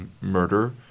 murder